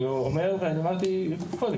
אני אומר ואמרתי גם קודם,